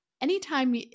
anytime